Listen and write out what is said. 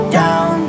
down